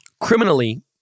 Criminally